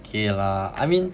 okay lah I mean